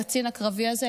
הקצין הקרבי הזה,